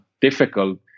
difficult